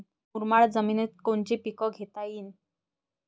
मुरमाड जमिनीत कोनचे पीकं घेता येईन?